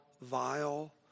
vile